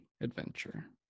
adventure